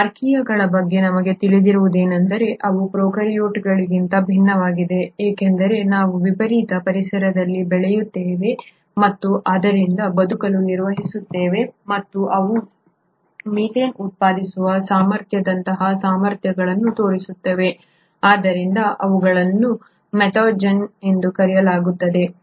ಈ ಆರ್ಕಿಯಾಗಳ ಬಗ್ಗೆ ನಮಗೆ ತಿಳಿದಿರುವುದೇನೆಂದರೆ ಅವು ಪ್ರೊಕಾರ್ಯೋಟ್ಗಳಿಗಿಂತ ಭಿನ್ನವಾಗಿವೆ ಏಕೆಂದರೆ ಅವು ವಿಪರೀತ ಪರಿಸರದಲ್ಲಿ ಬೆಳೆಯುತ್ತವೆ ಮತ್ತು ಆದ್ದರಿಂದ ಬದುಕಲು ನಿರ್ವಹಿಸುತ್ತಿವೆ ಮತ್ತು ಅವು ಮೀಥೇನ್ ಉತ್ಪಾದಿಸುವ ಸಾಮರ್ಥ್ಯದಂತಹ ಸಾಮರ್ಥ್ಯಗಳನ್ನು ತೋರಿಸುತ್ತವೆ ಆದ್ದರಿಂದ ಅವುಗಳನ್ನು ಮೆಥನೋಜೆನ್ಗಳು ಎಂದು ಕರೆಯಲಾಗುತ್ತದೆ